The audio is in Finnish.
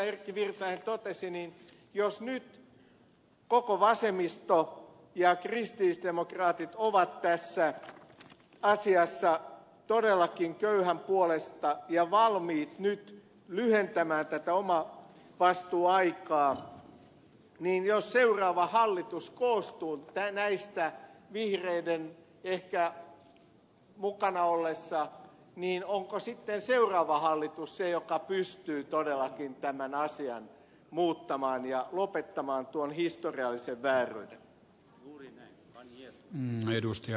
erkki virtanen totesi jos nyt koko vasemmisto ja kristillisdemokraatit ovat tässä asiassa todellakin köyhän puolesta ja valmiit lyhentämään tätä omavastuuaikaa ja jos seuraava hallitus koostuu näistä vihreiden ehkä mukana ollessa niin onko sitten seuraava hallitus se joka pystyy todellakin tämän asian muuttamaan ja lopettamaan tuon historiallisen vääryyden